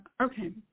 okay